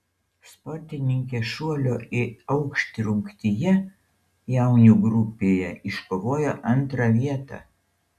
sportininkė šuolio į aukštį rungtyje jaunių grupėje iškovojo antrą vietą